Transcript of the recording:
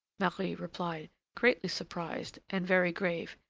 marie replied, greatly surprised and very grave,